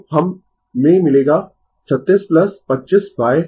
तो हमें मिलेगा 36 25 2 पर √